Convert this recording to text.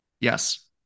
yes